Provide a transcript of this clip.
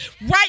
right